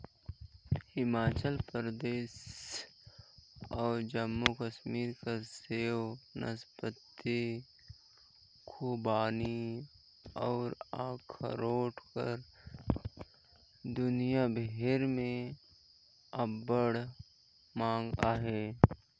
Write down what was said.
हिमाचल परदेस अउ जम्मू कस्मीर कर सेव, नासपाती, खूबानी अउ अखरोट कर दुनियां भेर में अब्बड़ मांग अहे